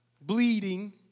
bleeding